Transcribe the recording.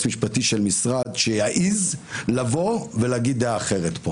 משפטי של משרד שיעז לבוא ולהגיד כאן דעה אחרת.